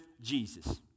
Jesus